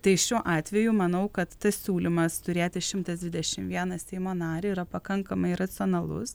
tai šiuo atveju manau kad tas siūlymas turėti šimtas dvidešim vieną seimo narį yra pakankamai racionalus